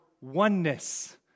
oneness